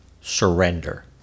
surrender